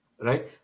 right